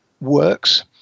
works